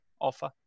offer